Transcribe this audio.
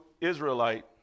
Israelite